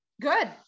Good